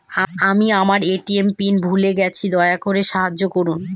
আমি আমার ATM pin ভুলে গেছি, দয়া করে সাহায্য করুন